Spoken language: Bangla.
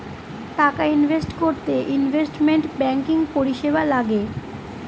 টাকা ইনভেস্ট করতে ইনভেস্টমেন্ট ব্যাঙ্কিং পরিষেবা লাগে